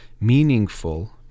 meaningful